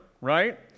right